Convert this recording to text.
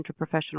interprofessional